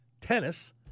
tennis